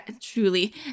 truly